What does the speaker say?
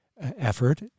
effort